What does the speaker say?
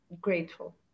grateful